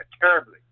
terribly